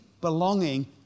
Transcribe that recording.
belonging